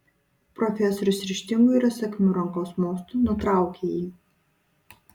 profesorius ryžtingu ir įsakmiu rankos mostu nutraukė jį